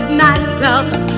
nightclubs